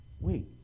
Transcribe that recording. Wait